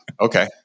Okay